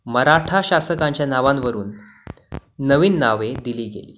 मराठा शासकांच्या नावांवरून नवीन नावे दिली गेली